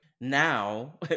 Now